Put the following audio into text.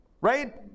right